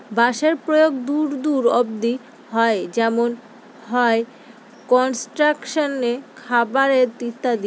বাঁশের প্রয়োগ দূর দূর অব্দি হয় যেমন হয় কনস্ট্রাকশনে, খাবারে ইত্যাদি